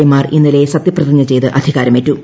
A മാർ ഇന്നലെ സത്യ പ്രതിജ്ഞ ചെയ്ത് അധികാരമേറ്റു